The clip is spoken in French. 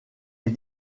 est